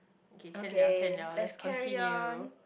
okay can liao can liao let's continue